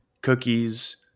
cookies